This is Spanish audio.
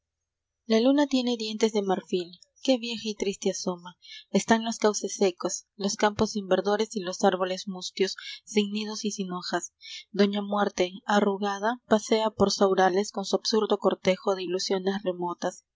a luna tiene dientes de marfil l qué vieja y triste asoma están los cauces secos los campos sin verdores y los árboles mustios sin nidos y sin hojas doña muerte arrugada pasea por saurales con su absurdo cortejo de ilusiones remotas